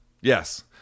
yes